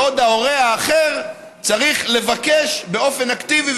בעוד ההורה האחר צריך לבקש באופן אקטיבי,